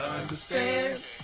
understand